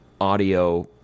audio